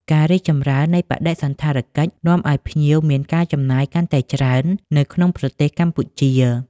ការរីកចម្រើននៃបដិសណ្ឋារកិច្ចនាំឲ្យភ្ញៀវមានការចំណាយកាន់តែច្រើននៅក្នុងប្រទេសកម្ពុជា។